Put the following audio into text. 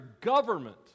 government